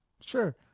Sure